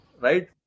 right